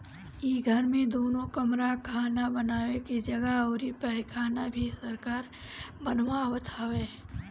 इ घर में दुगो कमरा खाना बानवे के जगह अउरी पैखाना भी सरकार बनवावत हवे